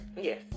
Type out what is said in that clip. Yes